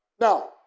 Now